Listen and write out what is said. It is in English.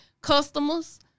customers